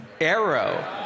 arrow